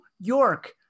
York